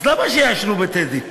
אז למה שיעשנו ב"טדי"?